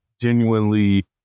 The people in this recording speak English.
genuinely